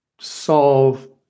solve